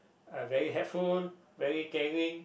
very helpful very caring